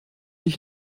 ich